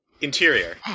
Interior